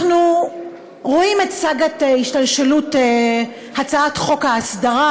אנחנו רואים את סאגת השתלשלות הצעת חוק ההסדרה,